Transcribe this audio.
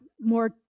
more